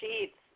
sheets